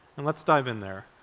and let's dive in there.